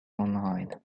online